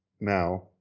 now